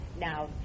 Now